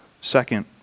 second